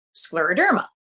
scleroderma